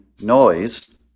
noise